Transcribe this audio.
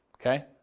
Okay